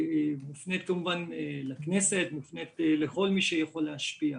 שמופנית כמובן לכנסת, מופנית לכל מי שיכול להשפיע: